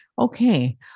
Okay